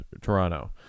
Toronto